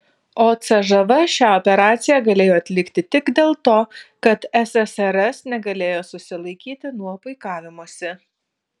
o cžv šią operaciją galėjo atlikti tik dėl to kad ssrs negalėjo susilaikyti nuo puikavimosi